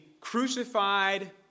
crucified